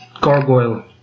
gargoyle